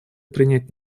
принять